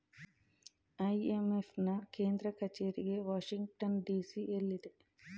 IMF ನಾ ಕೇಂದ್ರ ಕಚೇರಿಗೆ ವಾಷಿಂಗ್ಟನ್ ಡಿ.ಸಿ ಎಲ್ಲಿದೆ